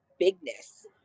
Bigness